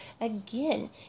again